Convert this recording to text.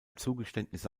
zugeständnisse